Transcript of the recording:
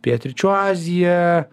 pietryčių aziją